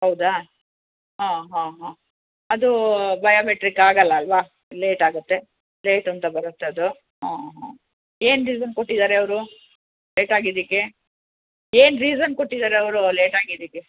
ಹೌದಾ ಹಾಂ ಹಾಂ ಹಾಂ ಅದು ಬಯೋಮೆಟ್ರಿಕ್ ಆಗೋಲ್ಲ ಅಲ್ವಾ ಲೇಟಾಗುತ್ತೆ ಲೇಟ್ ಅಂತ ಬರತ್ತೆ ಅದು ಹಾಂ ಹಾಂ ಏನು ರೀಸನ್ ಕೊಟ್ಟಿದ್ದಾರೆ ಅವರು ಲೇಟಾಗಿದ್ದಕ್ಕೆ ಏನ್ ರೀಸನ್ ಕೊಟ್ಟಿದ್ದಾರೆ ಅವರು ಲೇಟಾಗಿದಿಕ್ಕೆ